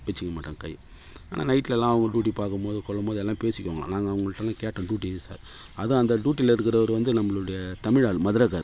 வெச்சுக்க மாட்டாங்க கை ஆனால் நைட்டுலல்லாம் அவங்க டூட்டி பாக்கும் போது கொள்ளும் போது எல்லாம் பேசிக்குவாங்கலாம் நாங்கள் அவங்கள்ட்டலாம் கேட்டோம் டூட்டி எங்கே சார் அதான் அந்த டூட்டியில் இருக்கிறவரு வந்து நம்மளுடைய தமிழ் ஆள் மதுரக்காரர்